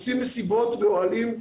עושים מסיבות באוהלים,